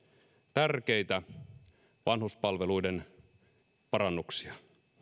tärkeitä vanhuspalveluiden parannuksia